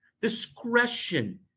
Discretion